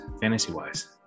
fantasy-wise